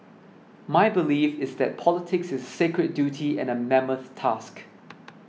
my belief is that politics is a secret duty and a mammoth task